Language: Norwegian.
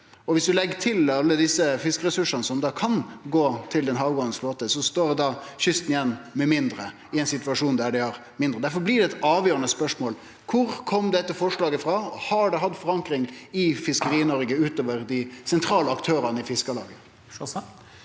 Om vi legg til alle dei fiskeressursane som kan gå til den havgåande flåten, står kysten igjen med mindre, i ein situasjon der dei har mindre. Difor blir dette eit avgjerande spørsmål: Kvar kom dette forslaget frå? Har det hatt forankring i Fiskeri-Noreg utover dei sentrale aktørane i Fiskarlaget?